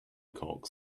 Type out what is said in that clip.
cocks